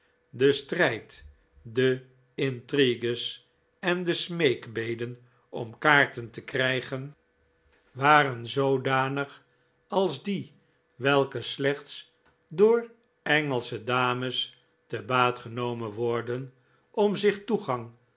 de strijd de intrigues en smeekbeden om kaarten te krijgen waren zoodanig als die welke slechts door engelsche dames te baat genomen worden om zich toegang